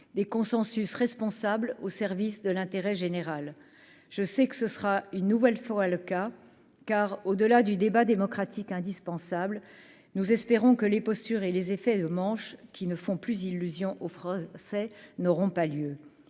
des consensus responsable au service de l'intérêt général, je sais que ce sera une nouvelle fois le cas car au-delà du débat démocratique indispensable, nous espérons que les postures et les effets de manche, qui ne font plus illusion aux c'est n'auront pas lieu